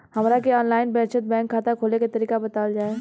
हमरा के online बचत बैंक खाता खोले के तरीका बतावल जाव?